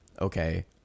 okay